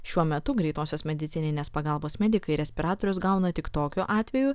šiuo metu greitosios medicininės pagalbos medikai respiratorius gauna tik tokiu atveju